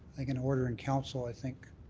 like an order in council, i think,